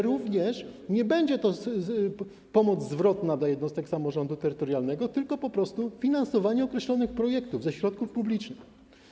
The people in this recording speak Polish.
Również nie będzie to pomoc zwrotna dla jednostek samorządu terytorialnego, tylko po prostu finansowanie określonych projektów ze środków publicznych.